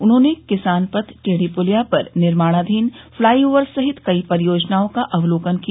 उन्होंने किसान पथ टेढ़ी पुलिया पर निर्माणाधीन फ्लाईओवर सहित कई परियोजनाओं का अवलोकन किया